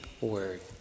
word